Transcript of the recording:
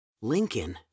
Lincoln